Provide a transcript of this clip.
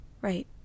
right